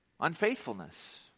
unfaithfulness